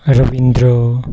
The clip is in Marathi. रवींद्र